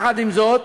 עם זאת,